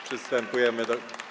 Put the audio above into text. Przystępujemy do.